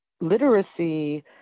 Literacy